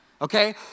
okay